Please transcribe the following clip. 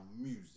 music